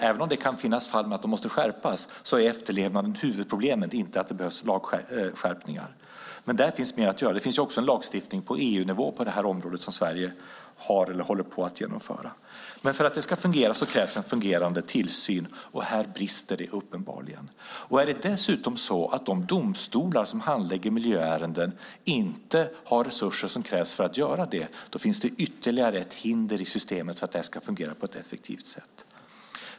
Även om det kan finnas fall där de måste skärpas är efterlevnaden huvudproblemet - inte att det behövs lagskärpningar. Där finns mer att göra. Det finns också en lagstiftning på EU-nivå på området som Sverige har eller håller på att genomföra. Men för att det ska fungera krävs en fungerande tillsyn. Här brister det uppenbarligen. Om de domstolar som handlägger miljöärenden inte har de resurser som krävs finns det ytterligare ett hinder i systemet för att det ska fungera på ett effektivt sätt.